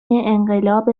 انقلاب